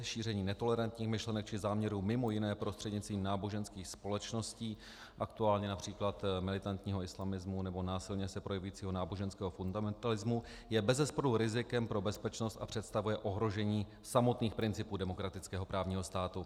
Šíření netolerantních myšlenek či záměrů mj. prostřednictvím náboženských společností, aktuálně např. militantního islamismu nebo násilně se projevujícího náboženského fundamentalismu, je bezesporu rizikem pro bezpečnost a představuje ohrožení samotných principů demokratického právního státu.